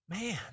Man